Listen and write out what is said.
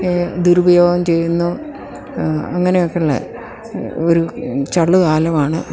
ദുരുപയോഗം ചെയ്യുന്നു അങ്ങനെയൊക്കുയുള്ള ഒരു ചള്ള് കാലമാണ്